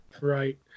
Right